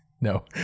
No